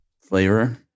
flavor